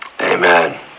Amen